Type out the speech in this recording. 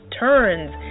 turns